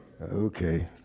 Okay